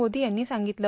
मोदी यांनी सांगितलं